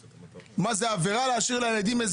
מה, זה עבירה להשאיר לילדים?